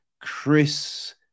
Chris